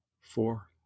four